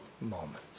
moments